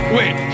Wait